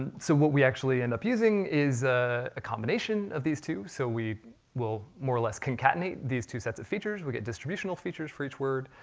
and so what we actually end up using is a combination of these two. so we will more or less concatenate these two sets of features, we get distributional features for each word,